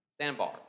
sandbar